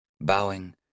Bowing